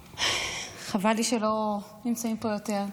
חבל לי שלא נמצאים פה יותר.